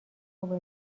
خوبه